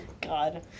god